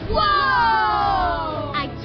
Whoa